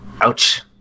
Ouch